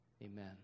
Amen